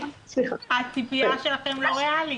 הציפיה שלכם לא ריאלית.